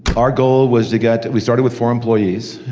our goal was to get, we started with four employees,